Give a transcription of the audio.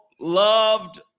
loved